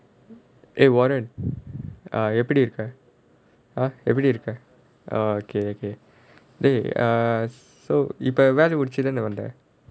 eh warren எப்படி இருக்க:eppadi irukka orh எப்படி இருக்க:eppadi irukka okay okay !hey! err so இப்போ வேலைய முடிச்சிட்டு தானே வந்த:ippo velaiya mudichittu thaanae vanthaa